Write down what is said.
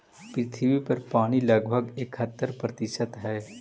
पृथ्वी पर पानी लगभग इकहत्तर प्रतिशत हई